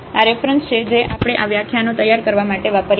આ રેફરન્સ છે જે આપણે આ વ્યાખ્યાનો તૈયાર કરવા માટે વાપર્યા છે